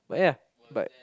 but ya but